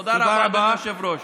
תודה רבה, אדוני היושב-ראש.